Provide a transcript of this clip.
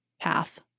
path